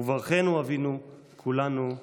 וברכנו אבינו כולנו כאחד.